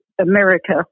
America